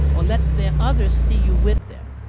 or let the others see you with them.